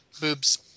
Boobs